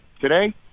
today